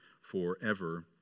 forever